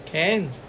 can